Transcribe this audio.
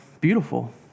beautiful